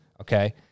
okay